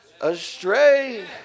astray